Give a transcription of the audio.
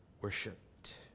worshipped